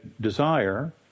desire